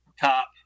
top